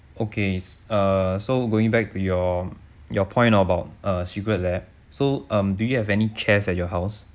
okay uh so going back to your your point about uh secret lab so um do you have any chairs at your house